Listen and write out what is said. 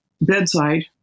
bedside